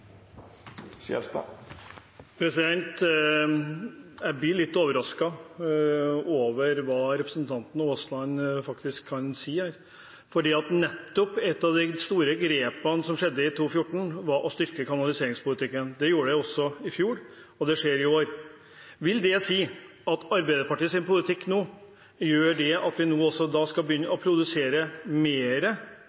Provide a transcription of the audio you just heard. norsk matproduksjon. Jeg blir litt overrasket over hva representanten Aasland faktisk sier her, for nettopp ett av de store grepene som ble tatt i 2014, var å styrke kanaliseringspolitikken. Det skjedde også i fjor, og det skjer i år. Vil det si at Arbeiderpartiets politikk nå går ut på at vi også skal begynne